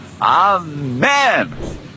Amen